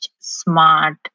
smart